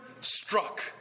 struck